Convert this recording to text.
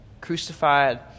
crucified